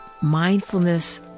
mindfulness